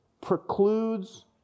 precludes